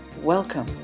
welcome